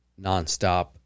nonstop